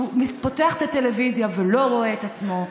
שהוא פותח את הטלוויזיה ולא רואה את עצמו,